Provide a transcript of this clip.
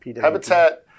Habitat